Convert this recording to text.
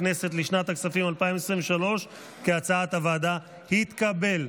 הכנסת, לשנת הכספים 2023, כהצעת הוועדה, התקבל.